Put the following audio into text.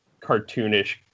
cartoonish